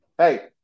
Hey